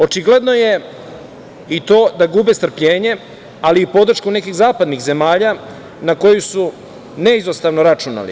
Očigledno je i to da gube strpljenje, ali i podršku nekih zapadnih zemalja na koju su neizostavno računali.